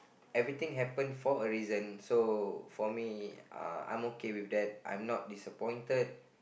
everything for a reason so for me uh I'm okay with that I'm not disappointed